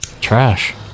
trash